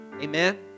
Amen